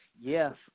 yes